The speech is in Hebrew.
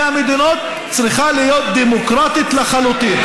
המדינות צריכה להיות דמוקרטית לחלוטין,